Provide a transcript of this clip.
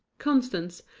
constance,